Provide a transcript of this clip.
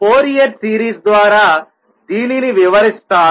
Fourier series ద్వారా దీనిని వివరిస్తాను